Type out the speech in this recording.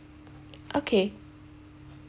okay